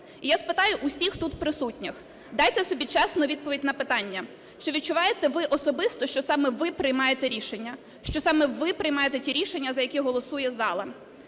І я спитаю усіх тут присутніх, дайте собі чесну відповідь на питання: чи відчуваєте ви особисто, що саме ви приймаєте рішення, що саме ви приймаєте ті рішення, за які голосує зала?